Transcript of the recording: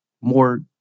more